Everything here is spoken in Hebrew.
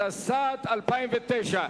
התשס"ט 2009,